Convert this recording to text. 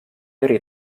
eri